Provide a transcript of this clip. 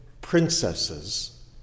princesses